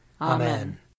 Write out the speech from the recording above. Amen